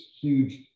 huge